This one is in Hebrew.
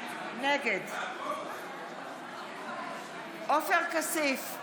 נגד עופר כסיף,